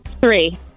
three